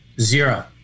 zero